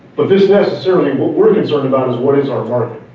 but this necessarily, what we're concerned about is what is our market.